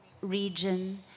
region